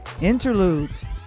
interludes